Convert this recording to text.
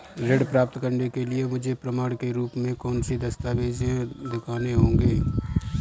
ऋण प्राप्त करने के लिए मुझे प्रमाण के रूप में कौन से दस्तावेज़ दिखाने होंगे?